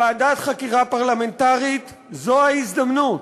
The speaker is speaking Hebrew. ועדת חקירה פרלמנטרית זו ההזדמנות,